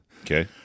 Okay